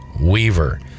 Weaver